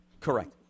Correct